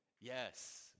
Yes